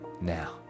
now